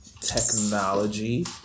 technology